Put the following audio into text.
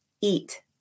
Eat